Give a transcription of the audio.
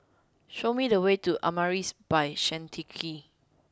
show me the way to Amaris by Santika